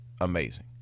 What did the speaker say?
amazing